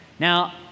Now